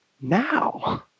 Now